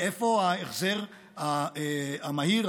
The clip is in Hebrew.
ואיפה ההחזר המהיר,